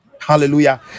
Hallelujah